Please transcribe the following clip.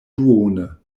duone